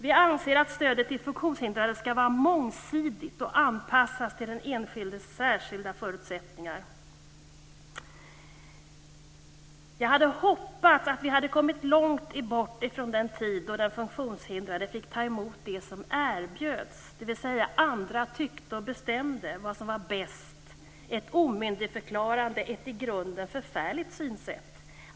Vi anser att stödet till funktionshindrade skall vara mångsidigt och att det skall anpassas till den enskildes särskilda förutsättningar. Jag hade hoppats att vi skulle ha kommit långt bort från den tid då den funktionshindrade fick ta emot det som erbjöds, den tid då andra tyckte och bestämde vad som var bäst - ett omyndigförklarande och ett i grunden förfärligt synsätt.